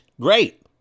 great